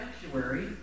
sanctuary